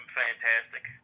fantastic